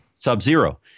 Sub-zero